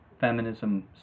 feminism